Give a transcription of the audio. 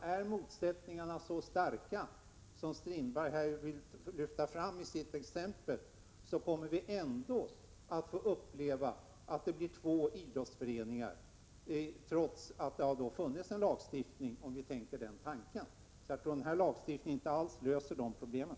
Om motsättningarna är så starka som Strindberg visar i sitt exempel, kommer vi ändå att få uppleva att det bildas två idrottsföreningar, trots att det har funnits en lagstiftning. Den lagstiftningen kommer inte alls att lösa de här problemen.